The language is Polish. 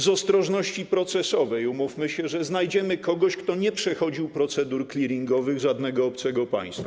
Z powodu ostrożności procesowej umówmy się, że znajdziemy kogoś, kto nie przechodził procedur clearingowych żadnego obcego państwa.